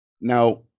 Now